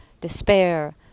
despair